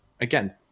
again